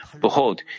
Behold